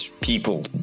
people